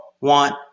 want